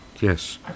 yes